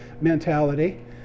mentality